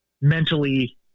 mentally